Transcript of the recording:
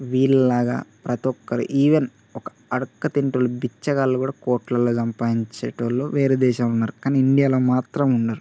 వీళ్ళ లాగా ప్రతి ఒక్కరూ ఈవెన్ ఒక అడ్డక్కతింటున్న బిచ్చగాళ్ళు కూడా కోట్లల్లో సంపాదించే వాళ్ళు వేరే దేశంలో ఉన్నారు కానీ ఇండియాలో మాత్రం ఉండరు